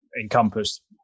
encompass